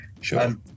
sure